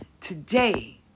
Today